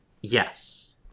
Yes